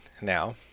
now